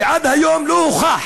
שעד היום לא הוכח